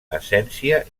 essència